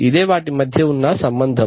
ఇదే వాటి మధ్య ఉన్న సంబంధం